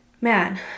man